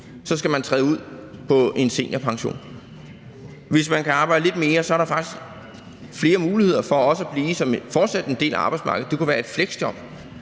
skal man træde ud på en seniorpension. Hvis man kan arbejde lidt mere, er der faktisk også flere muligheder for fortsat at blive som en del af arbejdsmarkedet. Det kunne være et fleksjob.